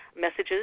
messages